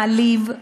מעליב,